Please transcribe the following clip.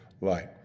light